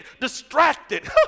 distracted